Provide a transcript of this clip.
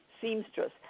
seamstress